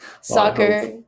soccer